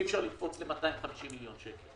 אי אפשר לקפוץ ל-250 מיליון שקל,